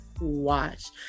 watch